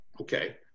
okay